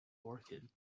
orchid